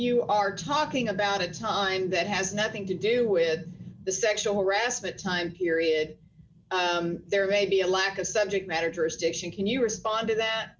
you are talking about a time that has nothing to do with the sexual harassment time period there may be a lack of subject matter jurisdiction can you respond to that